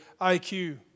IQ